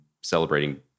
celebrating